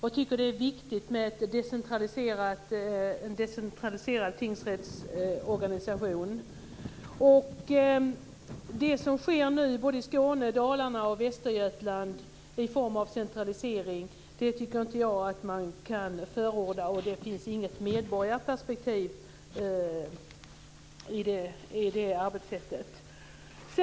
Vi tycker att det är viktigt med en decentraliserad tingsrättsorganisation. Det som nu sker i Skåne, Dalarna och Västergötland i form av centralisering tycker inte jag att man kan förorda. Det finns inget medborgarperspektiv i det arbetssättet.